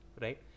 right